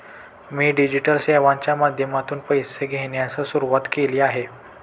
मी digital सेवांच्या माध्यमातून पैसे घेण्यास सुरुवात केली आहे